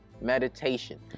meditation